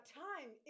time